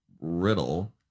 Riddle